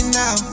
now